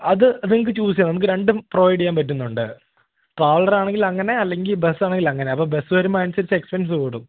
അത് നിങ്ങള്ക്ക് ചൂസ് ചെയ്യാം നമുക്ക് രണ്ടും പ്രൊവൈഡ് ചെയ്യാൻ പറ്റുന്നുണ്ട് ട്രാവലറാണെങ്കിൽ അങ്ങനെ അല്ലെങ്കില് ബസ്സാണെങ്കില് അങ്ങനെ അപ്പം ബസ് വരുമ്പോള് അതനുസരിച്ച് എക്സ്പെൻസ് കൂടും